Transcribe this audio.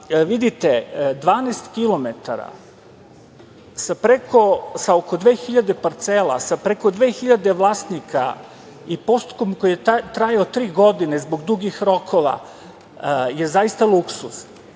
vidite, 12 kilometara sa oko 2.000 parcela, sa preko 2.000 vlasnika i postupkom koji je trajao tri godine zbog dugih rokova je zaista luksuz.